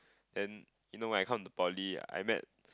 then you know when I come to poly I met